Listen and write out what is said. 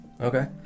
Okay